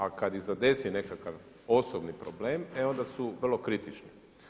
A kad ih zadesi nekakav osobni problem e onda su vrlo kritični.